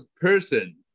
person